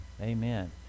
Amen